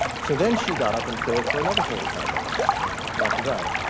so then, she got up and spoke for another forty five minutes after that.